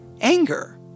Anger